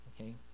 okay